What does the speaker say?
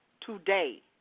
today